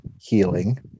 healing